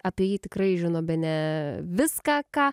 apie jį tikrai žino bene viską ką